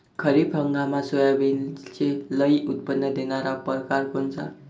खरीप हंगामात सोयाबीनचे लई उत्पन्न देणारा परकार कोनचा?